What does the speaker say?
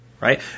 Right